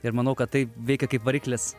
ir manau kad tai veikia kaip variklis